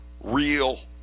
real